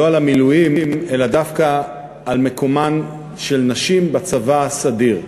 על המילואים אלא דווקא על מקומן של נשים בצבא הסדיר.